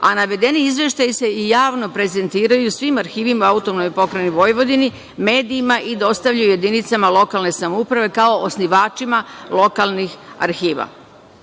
a navedeni izveštaji se i javno prezentiraju svim arhivima u AP Vojvodini, medijima i dostavljaju jedinicama lokalne samouprave kao osnivačima lokalnih arhiva.U